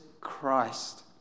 Christ